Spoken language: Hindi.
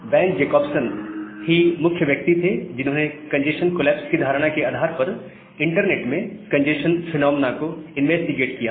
वैन जकोब्सन ही मुख्य व्यक्ति थे जिन्होंने कंजेस्शन कोलैप्स की धारणा के आधार पर इंटरनेट में कंजेस्शन फिनोमेना को इन्वेस्टिगेट किया था